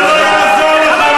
זה לא יעזור לכם.